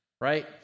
Right